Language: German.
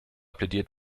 plädiert